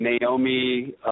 Naomi